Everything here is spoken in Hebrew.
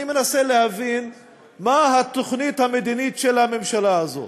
אני מנסה להבין מה התוכנית המדינית של הממשלה הזאת.